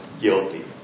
guilty